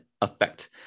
effect